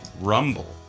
Rumble